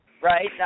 Right